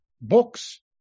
books